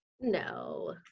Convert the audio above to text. no